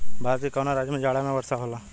भारत के कवना राज्य में जाड़ा में वर्षा होला?